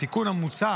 התיקון המוצע